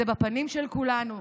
זה בפנים של כולנו,